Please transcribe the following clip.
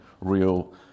real